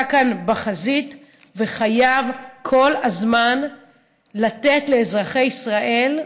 ואני יודעת שמשרד החוץ נמצא כאן בחזית וחייב כל הזמן לתת לאזרחי ישראל,